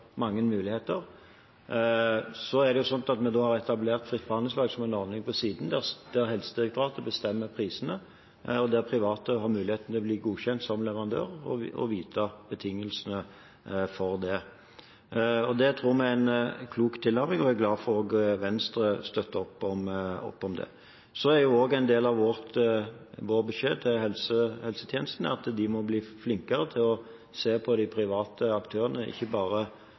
mange muligheter. Vi har etablert fritt behandlingsvalg som en ordning på siden, der Helsedirektoratet bestemmer prisene, og der private har muligheten til å bli godkjent som leverandør og må vite betingelsene for det. Det tror vi er en klok tilnærming, og vi er glad for at Venstre støtter opp om det. Så er en del av vår beskjed til helsetjenestene at de må bli flinkere til å se på de private aktørene ikke bare